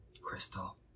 Crystal